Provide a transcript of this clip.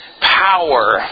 power